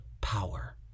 power